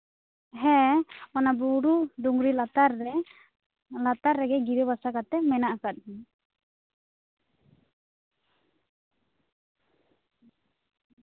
ᱦᱮᱸ ᱚᱱᱟ ᱵᱩᱨᱩ ᱰᱩᱝᱨᱤ ᱞᱟᱛᱟᱨ ᱨᱮ ᱞᱟᱛᱟᱨ ᱨᱮᱜᱮ ᱜᱤᱨᱟᱹᱵᱟᱥᱟ ᱠᱟᱛᱮᱫ ᱢᱮᱱᱟᱜ ᱟᱠᱟᱫᱤᱧᱟᱹ